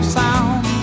sound